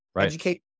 Educate